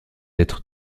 être